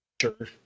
sure